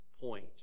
point